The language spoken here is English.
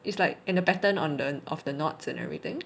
it's like in a pattern of the of the knots and everything